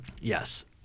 Yes